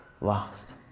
last